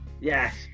Yes